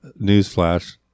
Newsflash